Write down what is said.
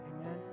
Amen